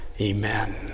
Amen